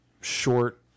short